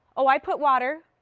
oh, i put water.